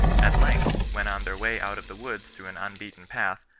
at length, when on their way out of the woods through an unbeaten path,